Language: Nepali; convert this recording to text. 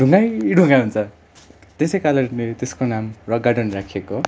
ढुङ्गै ढुङ्गा हुन्छ त्यसै कारणले त्यसको नाम रक गार्डन राखिएको हो